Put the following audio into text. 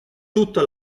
tutta